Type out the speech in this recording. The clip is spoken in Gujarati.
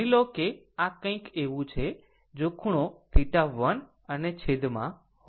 માની લો કે આ કંઈક એવું છે જો ખૂણો θ1 અને છેદમાં હોય